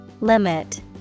Limit